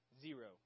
zero